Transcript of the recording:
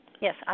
Yes